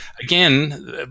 again